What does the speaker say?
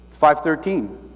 5.13